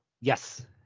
Yes